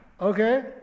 okay